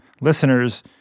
listeners